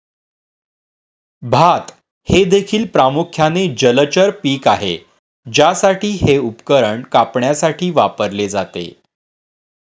भात हे देखील प्रामुख्याने जलचर पीक आहे ज्यासाठी हे उपकरण कापण्यासाठी वापरले जाते